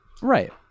Right